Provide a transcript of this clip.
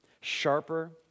sharper